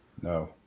No